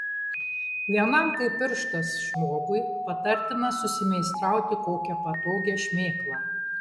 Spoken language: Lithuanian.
vienam kaip pirštas žmogui patartina susimeistrauti kokią patogią šmėklą